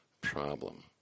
problem